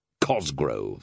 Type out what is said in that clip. Cosgrove